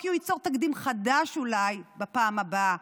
כי הוא ייצור תקדים חדש אולי בפעם הבאה,